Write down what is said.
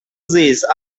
this